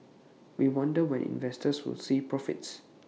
we wonder when investors will see profits